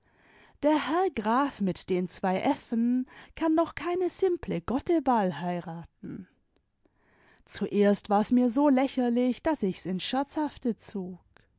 der herr graf mit den zwei f'n kann doch keine simple gotteball heiraten zuerst war's mir so lächerlich daß ich's ins scherzhafte zog